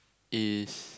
is